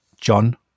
John